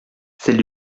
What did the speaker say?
celle